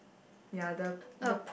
ya the the